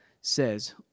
says